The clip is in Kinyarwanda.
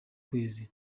kwezi